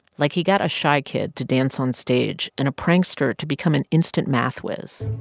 like, he got a shy kid to dance onstage and a prankster to become an instant math whiz.